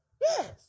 Yes